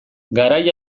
garai